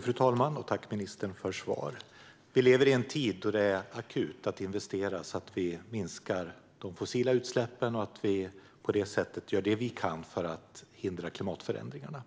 Fru talman! Tack, ministern, för svaret! Vi lever i en tid då det är akut att investera så att vi minskar de fossila utsläppen och på det sättet gör det vi kan för att hindra klimatförändringarna.